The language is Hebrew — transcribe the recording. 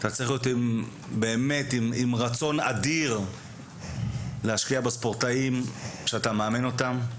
אתה צריך להיות באמת עם רצון אדיר להשקיע בספורטאים כשאתה מאמן אותם.